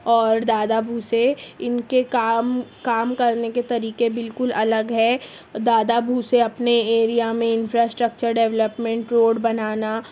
اور دادا بھوسے ان کے کام کام کرنے کے طریقے بالکل الگ ہے دادا بھوسے اپنے ایریا میں انفراسٹرکچر ڈولپمینٹ روڈ بنانا